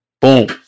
Boom